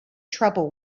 trouble